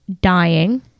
dying